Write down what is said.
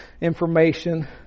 information